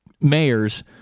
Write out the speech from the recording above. mayors